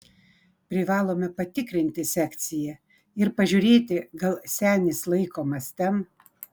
privalome patikrinti sekciją ir pažiūrėti gal senis laikomas ten